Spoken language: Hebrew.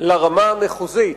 לרמה המחוזית.